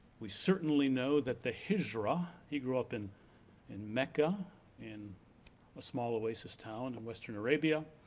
we certainly know that the hijra, he grew up in in mecca in a small oasis town in western arabia.